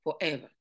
forever